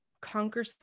conquer